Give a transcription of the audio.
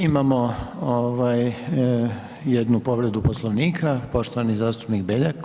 Imamo ovaj jednu povredu Poslovnika, poštovani zastupnik Beljak.